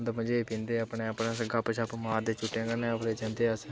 मजे करदे अपने अपने गप्प शप्प मारदे जुट्टे कन्नै अपने जंदे अस